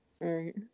Right